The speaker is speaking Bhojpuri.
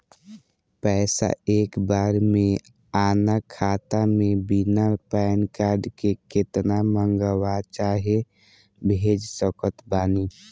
पैसा एक बार मे आना खाता मे बिना पैन कार्ड के केतना मँगवा चाहे भेज सकत बानी?